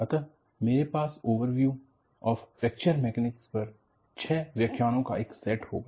अतः मेरे पास ओवरव्यू ऑफ फैक्चर मैकेनिक्स पर छः व्याख्यानो का पहला सेट होगा